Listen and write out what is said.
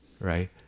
right